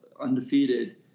undefeated